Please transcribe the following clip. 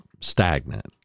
stagnant